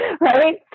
Right